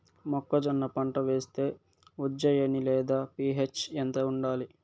మొక్కజొన్న పంట వేస్తే ఉజ్జయని లేదా పి.హెచ్ ఎంత ఉండాలి?